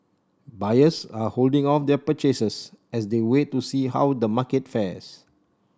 buyers are holding off their purchases as they wait to see how the market fares